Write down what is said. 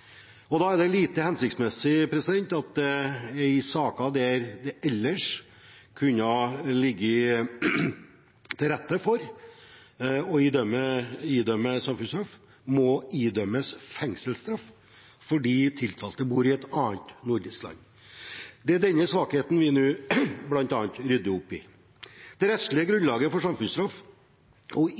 mulighet. Da er det lite hensiktsmessig at det i saker der det ellers kunne ha ligget til rette for å idømme samfunnsstraff, må idømmes fengselsstraff fordi tiltalte bor i et annet nordisk land. Det er bl.a. denne svakheten vi nå rydder opp i. Det rettslige grunnlaget for samfunnsstraff,